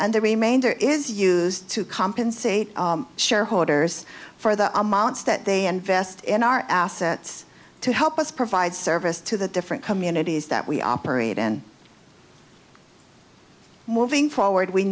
and the remainder is used to compensate shareholders for the amounts that they invest in our assets to help us provide service to the different communities that we operate in moving forward we